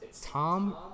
Tom